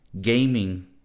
gaming